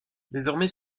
désormais